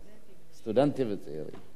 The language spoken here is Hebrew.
סטודנטים וצעירים ונשים,